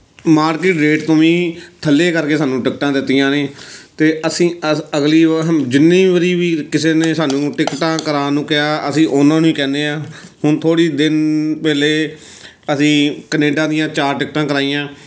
market rate ਤੋਂ ਵੀ ਥੱਲੇ ਕਰਕੇ ਸਾਨੂੰ ਟਿਕਟਾਂ ਦਿੱਤੀਆਂ ਨੇ ਅਤੇ ਅਸੀਂ ਅ ਅਗਲੀ ਵਾਰ ਜਿੰਨੀ ਵਾਰੀ ਵੀ ਕਿਸੇ ਨੇ ਸਾਨੂੰ ਟਿਕਟਾਂ ਕਰਵਾਉਣ ਨੂੰ ਕਿਹਾ ਅਸੀਂ ਉਹਨਾਂ ਨੂੰ ਹੀ ਕਹਿੰਦੇ ਹਾਂ ਹੁਣ ਥੋੜ੍ਹੇ ਦਿਨ ਪਹਿਲੇ ਅਸੀਂ ਕਨੇਡਾ ਦੀਆਂ ਚਾਰ ਟਿਕਟਾਂ ਕਰਵਾਈਆਂ